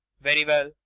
very well.